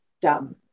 dumb